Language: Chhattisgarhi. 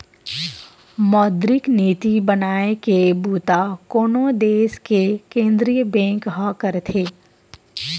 मौद्रिक नीति बनाए के बूता कोनो देस के केंद्रीय बेंक ह करथे